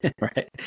right